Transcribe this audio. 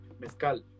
mezcal